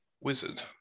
wizard